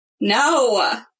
No